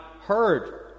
heard